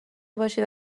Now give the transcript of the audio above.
باشید